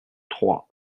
trois